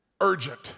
Urgent